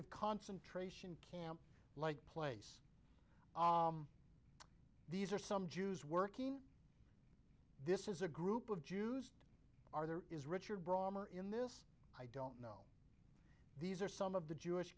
of concentration camp like place these are some jews working this is a group of jews are there is richard brommer in this i don't know these are some of the jewish